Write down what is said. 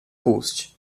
post